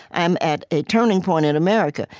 i'm at a turning point in america,